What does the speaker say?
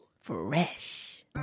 fresh